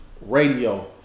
radio